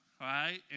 right